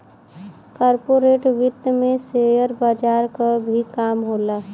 corporate वित्त में share बजार क भी काम होला